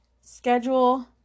schedule